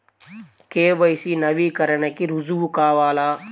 KYC నవీకరణకి రుజువు కావాలా?